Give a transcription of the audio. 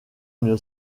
une